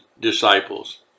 disciples